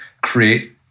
create